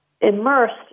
immersed